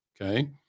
Okay